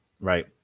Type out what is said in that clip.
Right